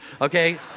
okay